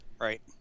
right